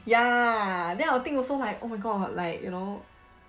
ya then I'll think also like oh my god like you know